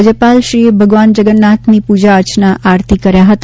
રાજ્યપાલ શ્રીએ ભગવાન જગન્નાથની પૂજા અર્ચના આરતી કર્યા હતા